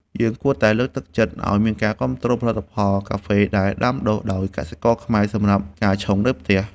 យើងគួរតែលើកទឹកចិត្តឱ្យមានការគាំទ្រផលិតផលកាហ្វេដែលដាំដុះដោយកសិករខ្មែរសម្រាប់ការឆុងនៅផ្ទះ។